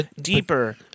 deeper